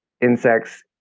insects